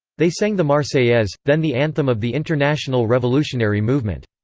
they sang the marseillaise, then the anthem of the international revolutionary movement.